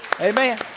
Amen